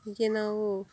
ಹೀಗೆ ನಾವು